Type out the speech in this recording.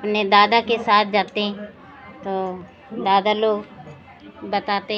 अपने दादा के साथ जाते तो दादा लोग बताते